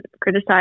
criticize